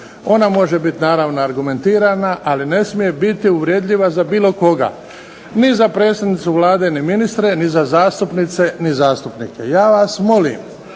ona može biti naravno argumentirana ali ne smije biti uvredljiva ni za koga. Ni za predsjednicu Vlade ni za ministre, ni za zastupnice i zastupnike. Ja vas molim